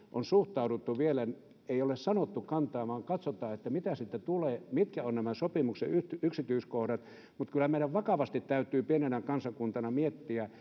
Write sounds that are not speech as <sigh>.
on suhtauduttu vielä ei ole sanottu kantaa vaan katsotaan mitä sitten tulee mitkä ovat nämä sopimuksen yksityiskohdat mutta kyllä meidän vakavasti täytyy pienenä kansakuntana miettiä <unintelligible>